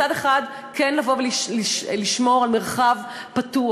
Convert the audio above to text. מצד אחד כן לבוא ולשמור על מרחב פתוח,